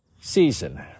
season